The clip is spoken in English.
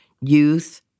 youth